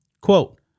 quote